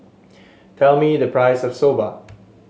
tell me the price of Soba